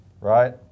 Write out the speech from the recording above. right